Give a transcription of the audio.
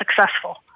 successful